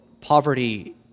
poverty